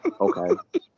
Okay